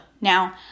Now